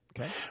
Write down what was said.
Okay